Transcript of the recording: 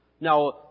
Now